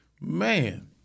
man